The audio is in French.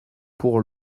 pour